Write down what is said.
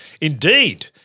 indeed